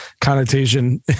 connotation